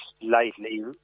slightly